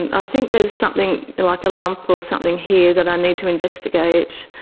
and i think there's something like a lump or something here that i need to investigate.